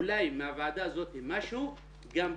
אולי, מהוועדה הזאת, עם משהו גם בכלל.